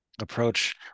approach